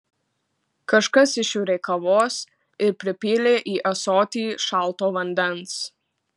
kažkas išvirė kavos ir pripylė į ąsotį šalto vandens